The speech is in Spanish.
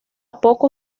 poco